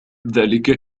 ذلك